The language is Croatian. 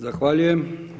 Zahvaljujem.